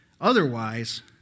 Otherwise